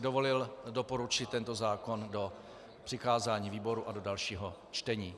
Dovolil bych si doporučit tento zákon do přikázání výboru a do dalšího čtení.